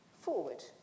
forward